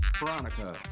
Veronica